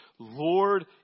Lord